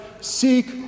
seek